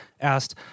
asked